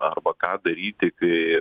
arba ką daryti kai